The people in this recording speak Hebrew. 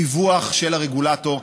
דיווח של הרגולטור.